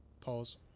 Pause